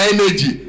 Energy